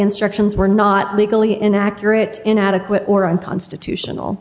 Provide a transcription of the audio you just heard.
instructions were not legally inaccurate inadequate or unconstitutional